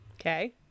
Okay